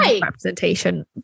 representation